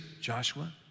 Joshua